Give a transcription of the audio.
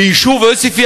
ביישוב עוספיא